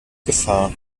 gefahr